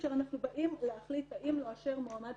כאשר אנחנו באים להחליט האם לאשר מועמד